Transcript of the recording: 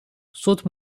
saute